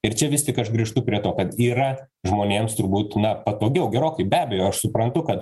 ir čia vis tik aš grįžtu prie to kad yra žmonėms turbūt na patogiau gerokai be abejo aš suprantu kad